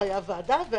חייב ועדה,